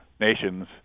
nations